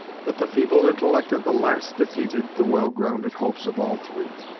but the feeble intellect of the last defeated the well-grounded hopes of all three.